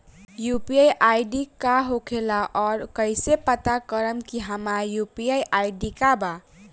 UPI ID का होखेला और कईसे पता करम की हमार यू.पी.आई आई.डी का बा?